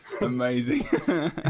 amazing